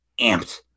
amped